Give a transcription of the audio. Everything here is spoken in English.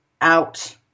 out